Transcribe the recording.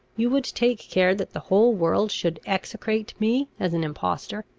you would take care that the whole world should execrate me as an impostor?